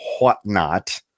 whatnot